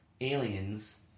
alien's